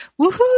Woohoo